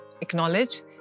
acknowledge